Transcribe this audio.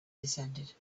descended